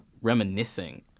reminiscing